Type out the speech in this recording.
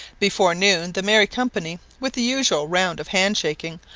before noon the merry company, with the usual round of handshaking,